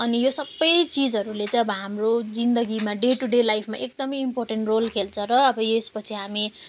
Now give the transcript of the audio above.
अनि यो सब चिजहरूले चाहिँ अब हाम्रो जिन्दगीमा डे टु डे लाइफमा एकदम इम्पोर्टेन्ट रोल खेल्छ र अब यस पछि हामी